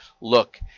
look